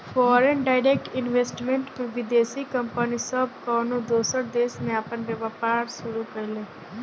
foreign direct investment में विदेशी company सब कउनो दूसर देश में आपन व्यापार शुरू करेले